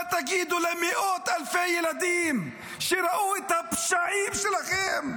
מה תגידו למאות אלפי ילדים שראו את הפשעים שלכם,